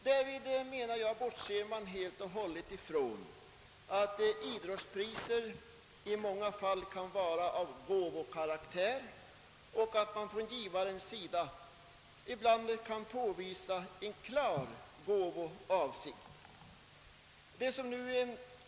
Därvid bortser man helt och hållet ifrån att idrottspriser i många fall kan vara av gåvokaraktär och att man ibland kan påvisa en klar gåvoavsikt från givarens sida.